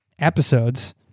episodes